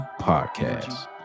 Podcast